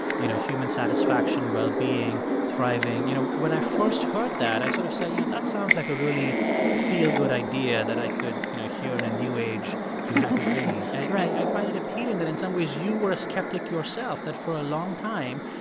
you know, human satisfaction, well-being, thriving you know, when i first heard that, i sort of said, you know, that sounds like a really feel-good idea that i could, you know, hear on and a new age and right i find it appealing that, in some ways, you were a skeptic yourself that, for a long time,